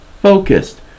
focused